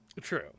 True